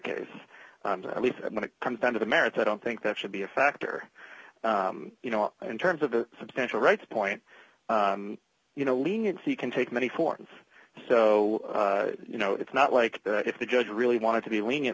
case at least when it comes down to the merits i don't think that should be a factor you know in terms of the substantial rights point you know leniency can take many forms so you know it's not like if the judge really wanted to be lenient